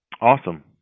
Awesome